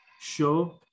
show